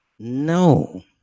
No